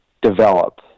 develop